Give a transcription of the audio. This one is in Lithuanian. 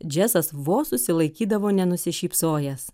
džesas vos susilaikydavo nenusišypsojęs